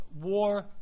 war